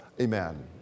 Amen